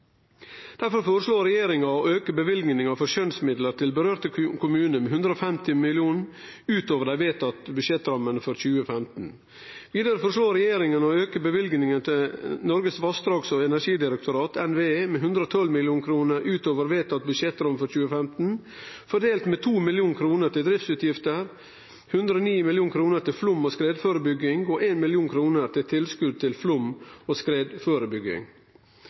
foreslår regjeringa å auke løyvinga til skjønnsmidlar til berørte kommunar med 150 mill. kr utover vedtatt budsjettramme for 2015. Vidare foreslår regjeringa å auke løyvinga til Noregs vassdrags- og energidirektorat, NVE, med 112 mill. kr utover vedtatt budsjettramme for 2015, fordelt med 2 mill. kr til driftsutgifter, 109 mill. kr til flaum- og skredførebygging og 1 mill. kr til tilskot til flaum- og skredførebygging.